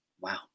wow